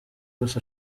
gusa